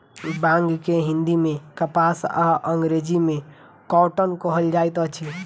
बांग के हिंदी मे कपास आ अंग्रेजी मे कौटन कहल जाइत अछि